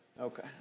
Okay